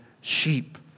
sheep